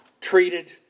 treated